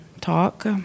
talk